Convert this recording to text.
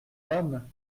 homme